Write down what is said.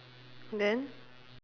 then